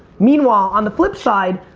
meanwhile, on the flip side,